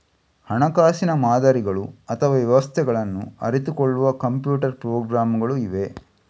ಹಣಕಾಸಿನ ಮಾದರಿಗಳು ಅಥವಾ ವ್ಯವಸ್ಥೆಗಳನ್ನ ಅರಿತುಕೊಳ್ಳುವ ಕಂಪ್ಯೂಟರ್ ಪ್ರೋಗ್ರಾಮುಗಳು ಇವೆ